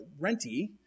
rentee